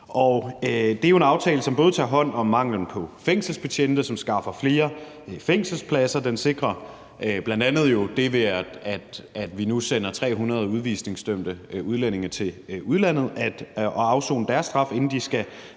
Det er jo en aftale, som både tager hånd om manglen på fængselsbetjente; som skaffer flere fængselspladser; den sikrer det, at vi nu sender 300 udvisningsdømte udlændinge til udlandet for at afsone deres straf, inden de